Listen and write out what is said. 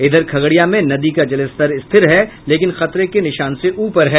इधर खगड़िया में नदी का जलस्तर स्थिर है लेकिन खतरे के निशान से ऊपर है